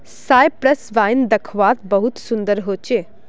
Cyprus wine दाख्वात बहुत सुन्दर होचे